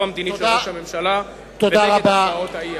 המדינית של ראש הממשלה ונגד הצעות האי-אמון.